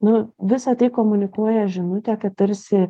nu visa tai komunikuoja žinutę kad tarsi